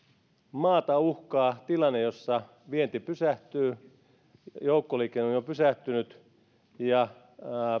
maata uhkaa tilanne jossa vienti pysähtyy joukkoliikenne on jo pysähtynyt ja